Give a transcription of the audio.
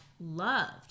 loved